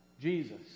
Jesus